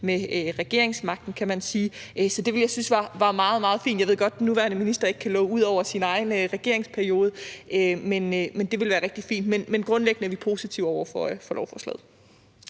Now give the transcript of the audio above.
med regeringsmagten, så det ville jeg synes var meget, meget fint. Jeg ved godt, at den nuværende minister ikke kan love ud over sin egen regeringsperiode, men det ville være rigtig fint. Grundlæggende er vi positive over for lovforslaget.